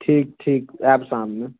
ठीक ठीक आयब शाममे